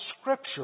Scripture